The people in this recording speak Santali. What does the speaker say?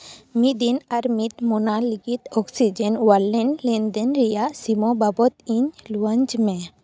ᱢᱤᱫ ᱫᱤᱱ ᱟᱨ ᱢᱤᱫ ᱢᱟᱹᱦᱱᱟᱹ ᱞᱟᱹᱜᱤᱫ ᱚᱠᱥᱤᱡᱮᱱ ᱚᱣᱟᱞᱮᱴ ᱞᱮᱱᱫᱮᱱ ᱨᱮᱭᱟᱜ ᱥᱤᱢᱟᱹ ᱵᱟᱵᱚᱫ ᱤᱧ ᱞᱟᱹᱭᱟᱹᱧ ᱢᱮ